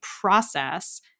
process